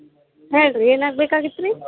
ಹೇಳಿ ರೀ ಏನಾಗ್ಬೇಕಾಗಿತ್ತು ರೀ